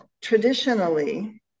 traditionally